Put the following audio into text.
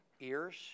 ears